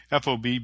FOB